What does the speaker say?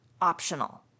optional